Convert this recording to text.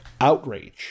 outrage